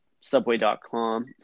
Subway.com